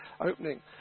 opening